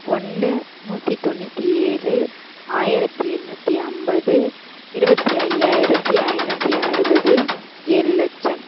ஒன்று நூற்றி தொண்ணூற்றி ஏழு ஆயிரத்தி எண்ணூற்றி ஐம்பது இருபத்தி ஐயாயிரத்தி ஐந்நூற்றி அறுபது ஏழு லட்சம்